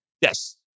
yes